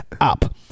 up